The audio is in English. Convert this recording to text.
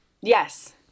Yes